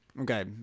Okay